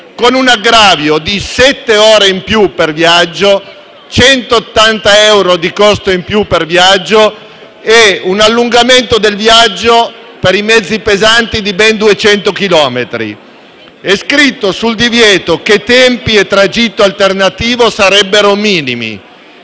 con un aggravio di sette ore in più per viaggio e di 180 euro di costo in più per viaggio e con un allungamento del viaggio per i mezzi pesanti di ben 200 chilometri. È scritto sul divieto che tempi e tragitti alternativi sarebbero minimi.